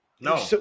no